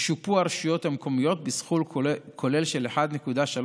ישופו הרשויות המקומיות בסכום כולל של 1.3